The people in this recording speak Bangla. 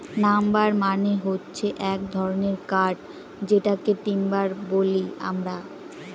নাম্বার মানে হচ্ছে এক ধরনের কাঠ যেটাকে টিম্বার বলি আমরা